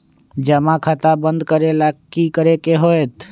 जमा खाता बंद करे ला की करे के होएत?